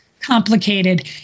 complicated